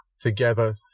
together